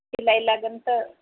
शिलाई लागंन तर